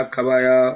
Kabaya